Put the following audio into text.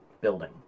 building